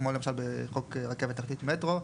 כמו למשל בחוק רכבת תחתית מטרו.